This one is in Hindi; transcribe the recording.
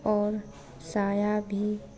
और साया भी